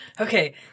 Okay